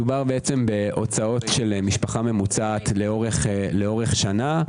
מדובר בהוצאות של משפחה ממוצעת לאורך שנה.